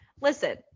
Listen